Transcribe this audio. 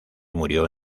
murió